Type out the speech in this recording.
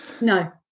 no